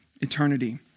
eternity